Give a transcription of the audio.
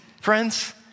friends